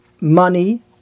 money